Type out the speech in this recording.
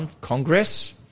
Congress